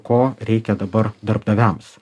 ko reikia dabar darbdaviams